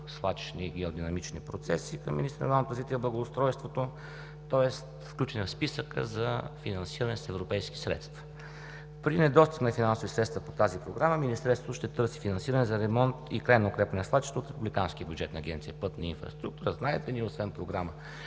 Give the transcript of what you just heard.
свлачищни и геодинамични процеси към министъра на регионалното развитие и благоустройството, тоест включен е в списъка за финансиране с европейски средства. При недостиг на финансови средства по тази програма Министерството ще търси финансиране за ремонт и трайно укрепване на свлачищата от републиканския бюджет на Агенция „Пътна инфраструктура“. Знаете, че освен програма